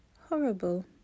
horrible